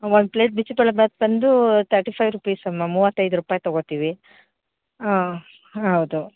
ಒಂದು ಪ್ಲೇಟ್ ಬಿಸಿಬೇಳೆ ಭಾತ್ ಬಂದು thirty five rupees ಅಮ್ಮ ಮೂವತ್ತೈದು ರೂಪಾಯಿ ತೊಗೋತೀವಿ ಆಂ ಹೌದು